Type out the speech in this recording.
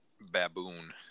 Baboon